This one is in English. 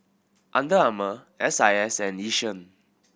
Under Armour S I S and Yishion